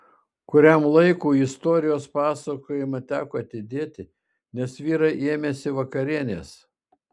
kuriam laikui istorijos pasakojimą teko atidėti nes vyrai ėmėsi vakarienės